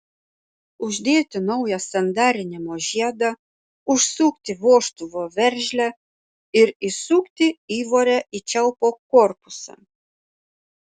uždėti naują sandarinimo žiedą užsukti vožtuvo veržlę ir įsukti įvorę į čiaupo korpusą